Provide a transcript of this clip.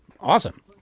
Awesome